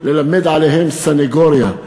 ללמד עליהם סנגוריה.